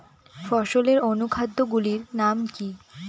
ফসলের অনুখাদ্য গুলির নাম কি?